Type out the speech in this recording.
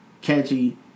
catchy